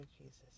Jesus